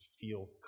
feel